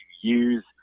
use